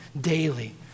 daily